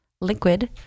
liquid